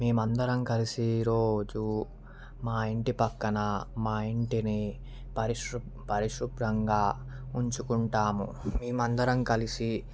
మేమందరం కలిసి రోజూ మా ఇంటి పక్కన మా ఇంటిని పరిశుబ్ పరిశుభ్రంగా ఉంచుకుంటాము మేము అందరం కలిసి